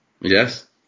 Yes